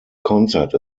concert